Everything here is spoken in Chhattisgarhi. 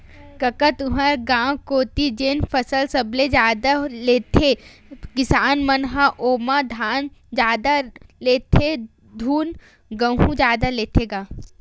कका तुँहर गाँव कोती जेन फसल सबले जादा लेथे किसान मन ह ओमा धान जादा लेथे धुन गहूँ जादा लेथे गा?